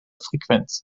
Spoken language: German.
frequenz